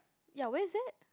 ya where is that